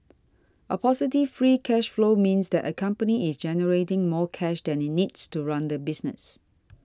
a positive free cash flow means that a company is generating more cash than it needs to run the business